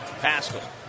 Pascal